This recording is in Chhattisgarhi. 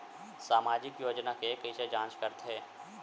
सामाजिक योजना के कइसे जांच करथे?